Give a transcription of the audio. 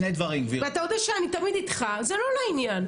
ואתה יודע שאני תמיד איתך, זה לא לעניין.